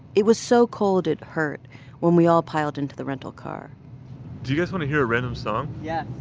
it was so cold it hurt when we all piled into the rental car do you guys want to hear a random song? yeah